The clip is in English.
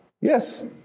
Yes